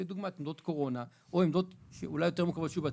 כדוגמה עמדות קורונה או עמדות אולי יותר מורכבות שיהיו בעתיד,